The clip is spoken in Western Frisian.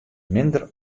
minder